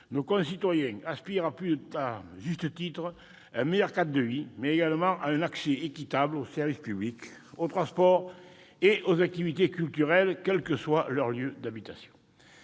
nos concitoyens aspirent à juste titre à un meilleur cadre de vie, mais également à un accès équitable aux services publics, aux transports et aux activités culturelles, quel que soit leur lieu d'habitation.